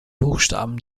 buchstaben